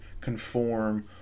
conform